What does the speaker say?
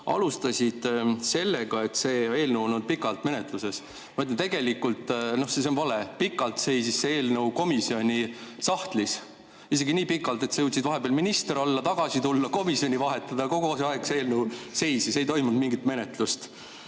alustasid sellega, et see eelnõu on olnud pikalt menetluses. Ma ütlen, et tegelikult see on vale. Pikalt seisis see eelnõu komisjoni sahtlis, isegi nii pikalt, et sa jõudsid vahepeal minister olla, tagasi tulla ja komisjoni vahetada. Kogu see aeg see eelnõu seisis, ei toimunud mingit menetlust.